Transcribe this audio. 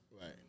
Right